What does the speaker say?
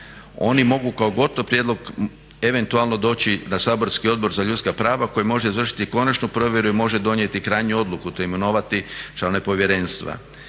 Oni mogu kao gotov prijedlog eventualno doći na saborski Odbor za ljudska prava koji može izvršiti konačnu provjeru i može donijeti krajnju odluku te imenovati članove povjerenstva.